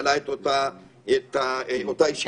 ניהלה את אותה ישיבה כיושבת-ראש הכנסת.